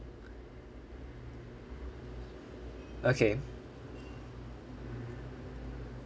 okay